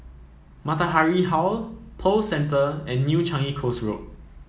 Matahari Hall Pearl Centre and New Changi Coast Road